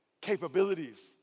capabilities